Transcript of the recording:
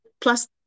plus